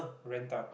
rent out